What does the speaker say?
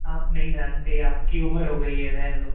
आप नहीं जानते आपकी उम्र हो गई है रहने दो